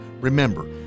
remember